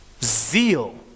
Zeal